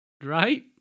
Right